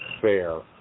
fair